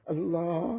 Allah